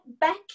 back